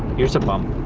here's a bump.